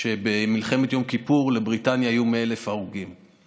שבמלחמת יום כיפור לבריטניה היו 100,000 הרוגים.